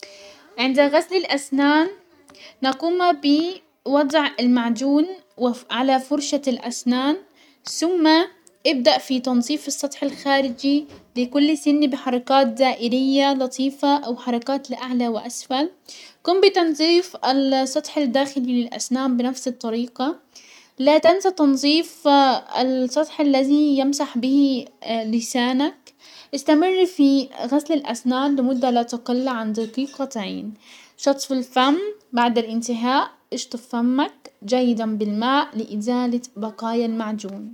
عند غسل الاسنان نقوم بوضع المعجون على فرشة الاسنان ثم ابدأ في تنزيف السطح الخارجي لكل سن بحركات دائرية لطيفة او حركات لاعلى واسفل، قم بتنزيف السطح الداخلي للاسنان بنفس الطريقة، لا تنسى تنظيف السطح الذي يمسح به لسانك. استمر في غسل الاسنان لمدة لا تقل عن دقيقتين، شطف الفم بعد الانتهاء اشطف فمك جيدا بالماء لازالة بقايا المعجون.